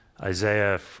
Isaiah